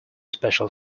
special